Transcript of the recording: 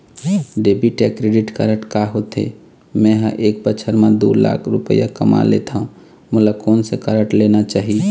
Debit या credit card का होथे, मे ह एक बछर म दो लाख रुपया कमा लेथव मोला कोन से कारड लेना चाही?